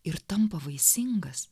ir tampa vaisingas